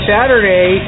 Saturday